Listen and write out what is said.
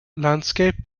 landscape